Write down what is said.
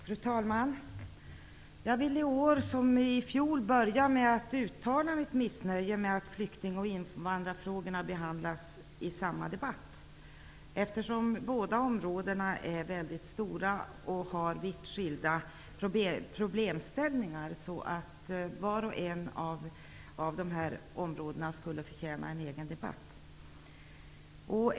Fru talman! Jag vill i år, som i fjol, börja med att uttala mitt missnöje med att flykting och invandrarfrågorna behandlas i samma debatt. Båda områdena är mycket stora och har vitt skilda problemställningar. Vart och ett av dessa områden skulle förtjäna en egen debatt.